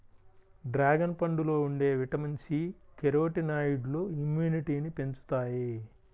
dragon పండులో ఉండే vitamin C, కెరోటినాయిడ్లు ఇమ్యునిటీని పెంచుతాయి